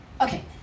okay